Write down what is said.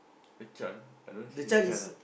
a child I don't see a child lah